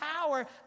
power